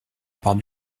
part